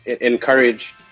encourage